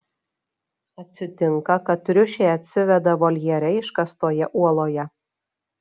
atsitinka kad triušė atsiveda voljere iškastoje uoloje